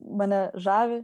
mane žavi